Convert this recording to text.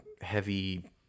heavy